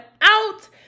out